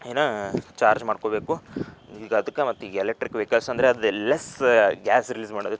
ಏನು ಚಾರ್ಜ್ ಮಾಡ್ಕೊಳ್ಬೇಕು ಈಗ ಅದಕ್ಕೆ ಮತ್ತು ಎಲೆಕ್ಟ್ರಿಕ್ ವೆಹಿಕಲ್ಸ್ ಅಂದರೆ ಅದು ಲೆಸ್ಸ ಗ್ಯಾಸ್ ರಿಲೀಸ್ ಮಾಡೋದೈತಿ